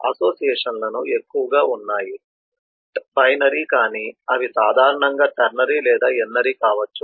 అసోసియేషన్లు ఎక్కువగా ఉన్నాయి బైనరీ కానీ అవి సాధారణంగా టెర్నరీ లేదా ఎన్ ఆరీ కావచ్చు